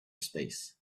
space